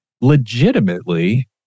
legitimately